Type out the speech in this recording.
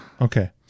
Okay